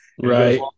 Right